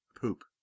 Poop